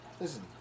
Listen